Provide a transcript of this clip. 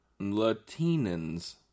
Latinans